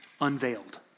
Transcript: unveiled